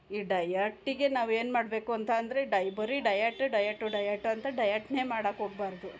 ಈ ಡಯಟಿಗೆ ನಾವು ಏನು ಮಾಡಬೇಕು ಅಂತ ಅಂದರೆ ಡೈಬರಿ ಡಯಟ್ ಡಯಟು ಡಯಟು ಅಂತ ಡಯಟನ್ನೆ ಮಾಡೋಕೆ ಹೋಗ್ಬಾರ್ದು